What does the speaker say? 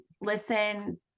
listen